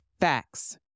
facts